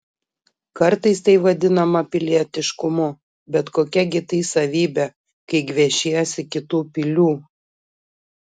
kartais tai vadinama pilietiškumu bet kokia gi tai savybė kai gviešiesi kitų pilių